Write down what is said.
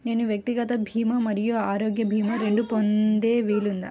నేను వ్యక్తిగత భీమా మరియు ఆరోగ్య భీమా రెండు పొందే వీలుందా?